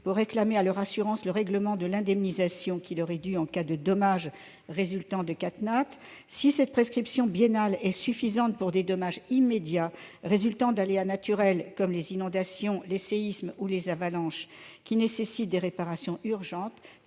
pour réclamer à leur assurance le règlement de l'indemnisation qui leur est due en cas de dommages résultant de catastrophes naturelles. Si cette prescription biennale est suffisante pour des dommages immédiats résultant d'aléas naturels comme les inondations, les séismes ou les avalanches, qui nécessitent des réparations urgentes,